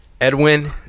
Edwin